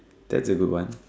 that's a good one